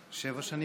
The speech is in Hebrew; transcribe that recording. (חותם על ההצהרה) בשעה טובה.